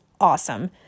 awesome